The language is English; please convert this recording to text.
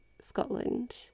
Scotland